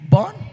Born